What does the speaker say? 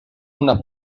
una